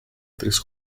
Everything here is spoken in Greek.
τρεις